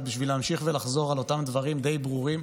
בשביל להמשיך ולחזור על אותם דברים די ברורים,